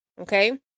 Okay